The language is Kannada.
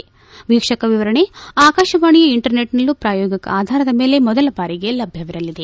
ಎೕಕ್ಷಕ ಎವರಣೆ ಆಕಾಶವಾಣೆಯ ಇಂಟರ್ನೆಟ್ನಲ್ಲೂ ಪ್ರಾಯೋಗಿಕ ಆಧಾರದ ಮೇಲೆ ಮೊದಲ ಬಾರಿಗೆ ಲಭ್ಯವಿರಲಿದೆ